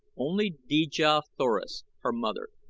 only dejah thoris, her mother,